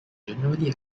generally